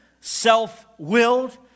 self-willed